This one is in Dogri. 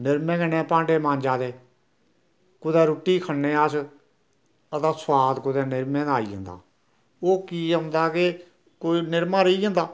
निरमें कन्नै भांडे मांजा दे कुतै रूट्टी खन्ने अस ओह्दा सुआद कुतै निरमें दा आई जंदा ओह् की औंदा के कुतै निरमा रेही जंदा